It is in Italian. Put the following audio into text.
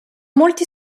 molti